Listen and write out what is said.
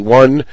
one